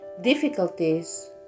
Difficulties